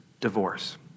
divorce